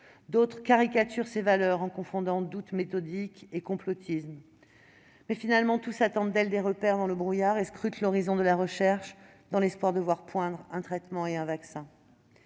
d'autres caricaturent ses valeurs en confondant doute méthodique et complotisme ; mais, en définitive, tous attendent d'elle des repères dans le brouillard et scrutent l'horizon de la recherche dans l'espoir de voir poindre un traitement et un vaccin.